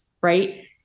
Right